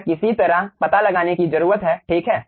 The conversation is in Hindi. यह किसी तरह पता लगाने की जरूरत है ठीक है